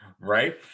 Right